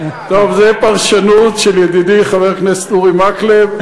טוב, זאת פרשנות של ידידי חבר הכנסת אורי מקלב.